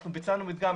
אנחנו ביצענו מדגם,